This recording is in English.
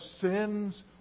sins